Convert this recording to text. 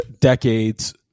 decades